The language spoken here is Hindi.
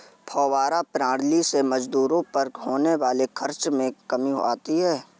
फौव्वारा प्रणाली से मजदूरों पर होने वाले खर्च में कमी आती है